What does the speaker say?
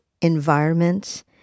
environments